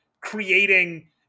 creating